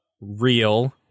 real